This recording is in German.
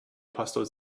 pastor